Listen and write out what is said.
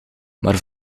maar